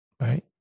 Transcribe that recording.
right